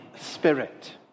spirit